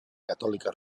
catòlica